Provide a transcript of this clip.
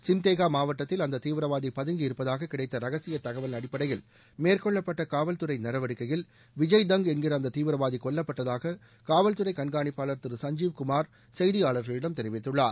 சிம்தேகா மாவட்டத்தில் அந்த தீவிரவாதி பதுங்கி இருப்பதூகக் கிடைத்த ரகசிய தகவலின் அடிப்படையில் மேற்கொள்ளப்பட்ட காவல் துறை நடவடிக்கையில் விஜய் தங் என்கிற அந்த தீவிரவாதி கொல்லப்பட்டதாக காவல்துறை கண்காணிப்பாளர் திரு சஞ்சீவ் குமார் செய்தியாளர்களிடம் தெரிவித்துள்ளார்